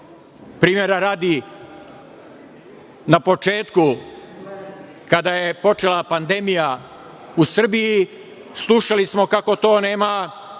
Primera radi, na početku kada je počela pandemija u Srbiji, slušali smo kako to nema